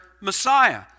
Messiah